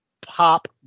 pop